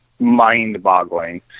mind-boggling